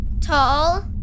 Tall